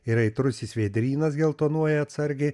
ir aitrusis vėdrynas geltonuoja atsargiai